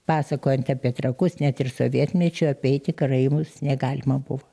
pasakojant apie trakus net ir sovietmečiu apeiti karaimus negalima buvo